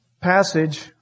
passage